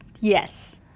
Yes